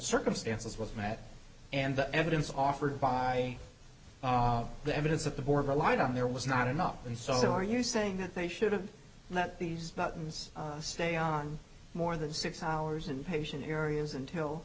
circumstances with matt and the evidence offered by the evidence of the board relied on there was not enough and so are you saying that they should have let these buttons stay on more than six hours and patient areas until